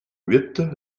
huit